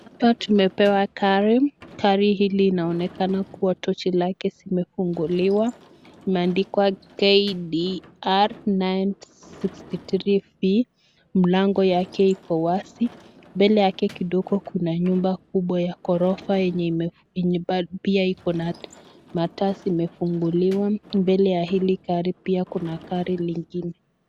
Hapa tumepewa gari. Gari hili inaonekana kuwa tochi lake zimefunguliwa. Imeandikwa KDR 963V , mlango yake iko wazi, mbele yake kidogo kuna nyumba kubwa ya ghorofa yenye pia iko na mataa zimefunguliwa. Mbele ya hili gari pia kuna gari lingine.